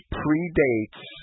predates